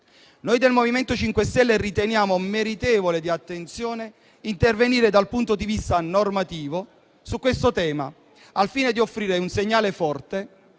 Noi del MoVimento 5 Stelle riteniamo meritevole di attenzione intervenire dal punto di vista normativo su questo tema, al fine di offrire un segnale forte